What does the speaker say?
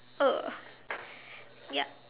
uh yup